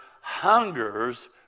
hungers